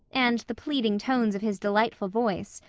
and the pleading tones of his delightful voice,